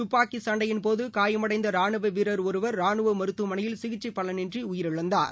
துப்பாக்கிசண்டையின்போதுகாயமடைந்தராணுவவீரர் ஒருவர் ராணுவமருத்துவமனையில் சிகிச்சைபலனின்றிஉயிரிழந்தார்